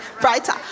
brighter